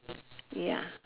ya